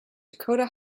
dakota